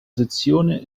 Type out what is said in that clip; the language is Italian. sezione